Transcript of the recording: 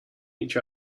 each